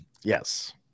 Yes